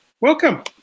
Welcome